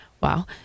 wow